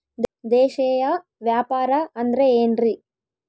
ದೇಶೇಯ ವ್ಯಾಪಾರ ಅಂದ್ರೆ ಏನ್ರಿ?